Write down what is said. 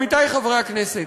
עמיתי חברי הכנסת,